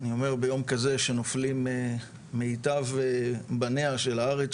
אני אומר ביום כזה שנופלים ממיטב בניה של הארץ